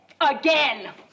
Again